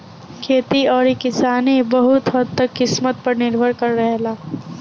खेती अउरी किसानी बहुत हद्द तक किस्मत पर निर्भर रहेला